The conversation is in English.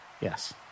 Yes